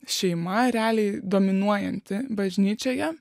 šeima realiai dominuojanti bažnyčioje